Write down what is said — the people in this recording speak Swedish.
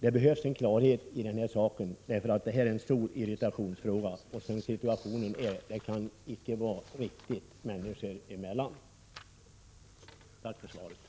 Det behöver bringas klarhet i detta problem, eftersom det ger upphov till stor irritation. Nuvarande situation kan inte vara tillfredsställande. Tack för svaret.